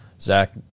Zach